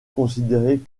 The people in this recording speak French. considérée